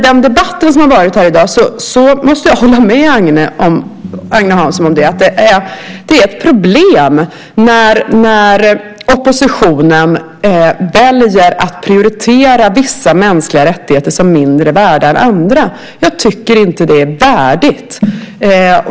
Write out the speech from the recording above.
Jag måste hålla med Agne att det är ett problem i debatten när oppositionen väljer att presentera vissa mänskliga rättigheter som mindre värda än andra. Jag tycker inte att det är värdigt.